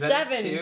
Seven